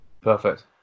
Perfect